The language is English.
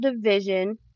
division